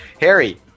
Harry